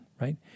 right